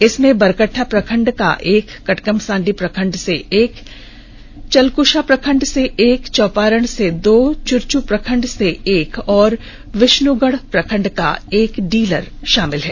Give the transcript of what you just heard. इसमें बरकट्टा प्रखंड में एक कटकमसांडी प्रखंड में दो चलकुषा प्रखंड में एक चौपारण में दो चुरचू प्रखंड में एक और विष्णुगढ़ प्रखंड का एक डीलर शामिल है